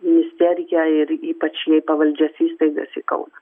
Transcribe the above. ministeriją ir ypač jai pavaldžias įstaigas į kauną